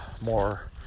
more